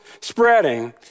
spreading